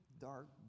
dark